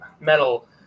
metal